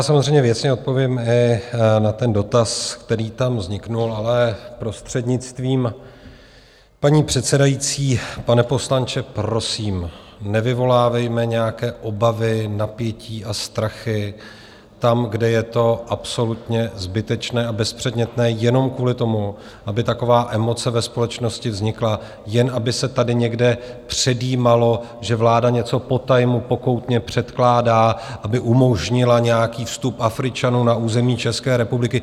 Samozřejmě věcně odpovím i na dotaz, který tam vznikl, ale prostřednictvím paní předsedající, pane poslanče, prosím, nevyvolávejme nějaké obavy, napětí a strachy tam, kde je to absolutně zbytečné a bezpředmětné, jenom kvůli tomu, aby taková emoce ve společnosti vznikla, jen aby se tady někde předjímalo, že vláda něco potajmu, pokoutně předkládá, aby umožnila nějaký vstup Afričanů na území České republiky.